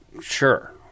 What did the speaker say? sure